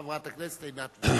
חברת הכנסת עינת וילף.